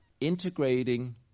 integrating